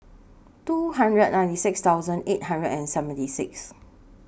two hundred ninety six thousand eight hundred and seventy six